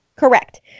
Correct